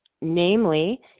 namely